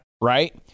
right